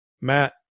Matt